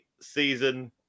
season